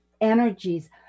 energies